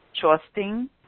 trusting